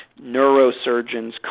neurosurgeons